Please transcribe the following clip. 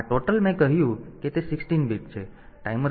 તો આ ટોટલ મેં કહ્યું કે તે 16 બીટ છે